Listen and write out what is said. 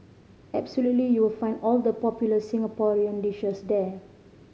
absolutely you will find all the popular Singaporean dishes there